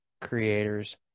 creators